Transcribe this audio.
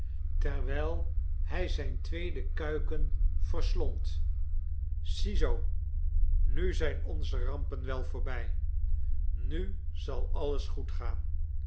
terwijl hij zijn tweede kuiken verslond ziezoo nu zijn onze rampen wel voorbij nu zal alles goed gaan